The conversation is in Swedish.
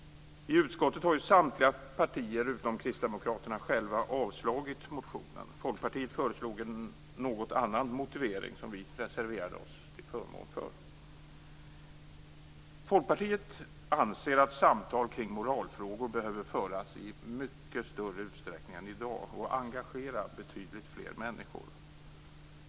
I utskottet har ju samtliga partier utom Kristdemokraterna själva avstyrkt motionen. Folkpartiet föreslog en något annan motivering, som vi reserverade oss till förmån för. Folkpartiet anser att samtal kring moralfrågor behöver föras i mycket större utsträckning än i dag och engagera betydligt fler människor.